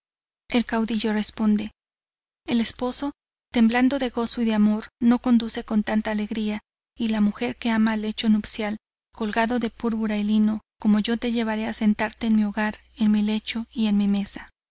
el caudillo responde el esposo temblando de gozo y de amor no conduce con tanta alegría y la mujer que ama al lecho nupcial colgado de púrpura y lino como yo te llevare a sentarte en mi hogar en mi lecho y en mi mesa